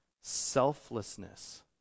selflessness